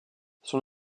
son